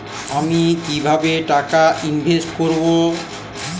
আমি কিভাবে টাকা ইনভেস্ট করব?